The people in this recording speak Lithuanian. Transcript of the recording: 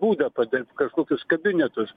būdą padirbt kažkokius kabinetus